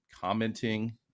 commenting